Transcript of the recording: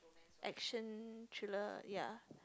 action thriller ya